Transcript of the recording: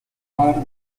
bar